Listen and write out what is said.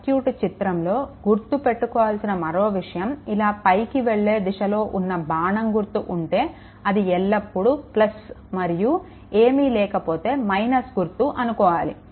circuit చిత్రంలో గుర్తు పెట్టుకోవాల్సిన మరో విషయం ఇలా పైకి వెళ్ళే దిశలో ఉన్న బాణం గుర్తు ఉంటే అది ఎల్లప్పుడు మరియు ఏమి లేకపోతే - గుర్తు అనుకోవాలి